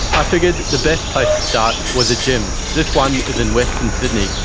i figured the best place to start was a gym. this one is in western sydney,